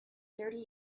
thirty